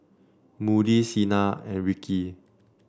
Moody Cena and Rikki